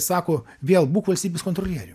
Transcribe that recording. sako viel būk valstybės kontrolieriu